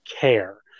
care